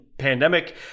pandemic